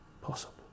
possible